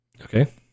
Okay